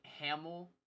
Hamill